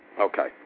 Okay